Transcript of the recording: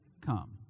come